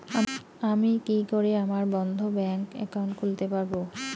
আমি কি করে আমার বন্ধ ব্যাংক একাউন্ট খুলতে পারবো?